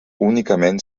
únicament